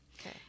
okay